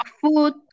food